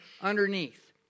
underneath